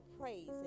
praise